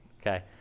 okay